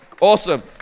Awesome